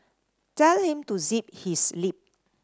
tell him to zip his lip